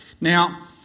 Now